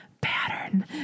pattern